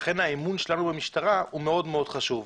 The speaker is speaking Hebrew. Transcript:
לכן האמון שלנו במשטרה מאוד חשוב.